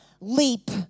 leap